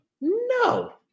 no